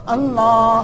Allah